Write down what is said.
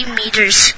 meters